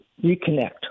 reconnect